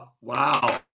Wow